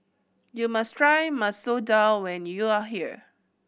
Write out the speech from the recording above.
you must try Masoor Dal when you are here